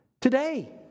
today